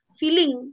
feeling